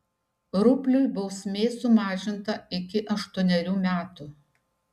rupliui bausmė sumažinta iki aštuonerių metų